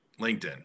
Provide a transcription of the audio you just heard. LinkedIn